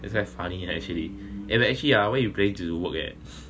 it's quite funny actually eh actually ah where you planning to work at